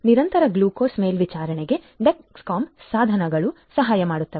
ನಿರಂತರ ಗ್ಲೂಕೋಸ್ ಮೇಲ್ವಿಚಾರಣೆಗೆ ಡೆಕ್ಸ್ಕಾಮ್ ಸಾಧನಗಳು ಸಹಾಯ ಮಾಡುತ್ತವೆ